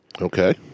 Okay